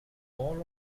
all